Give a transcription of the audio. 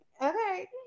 Okay